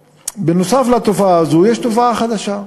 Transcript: נוסף על התופעה הזאת יש תופעה חדשה,